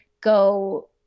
go –